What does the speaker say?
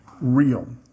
real